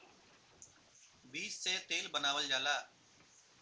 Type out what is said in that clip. बीज से तेल बनावल जाला